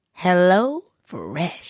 HelloFresh